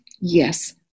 Yes